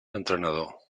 entrenador